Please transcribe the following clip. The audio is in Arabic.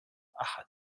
أحد